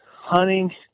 hunting